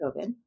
COVID